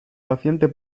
paciente